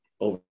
over